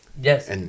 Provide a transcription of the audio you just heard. Yes